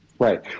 right